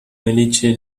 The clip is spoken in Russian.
наличие